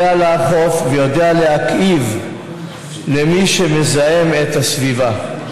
יודע לאכוף ויודע להכאיב למי שמזהם את הסביבה.